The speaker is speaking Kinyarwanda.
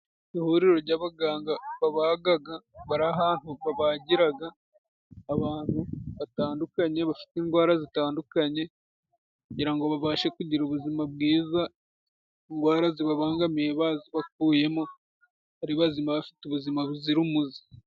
Ihuriro ry'abaganga babagaga bari ahantu babagiraga abantu batandukanye, bafite indwara zitandukanye, kugira ngo babashe kugira ubuzima bwiza. Indwara zibabangamiye bazibakuyemo ari bazima bafite ubuzima buzira umuze.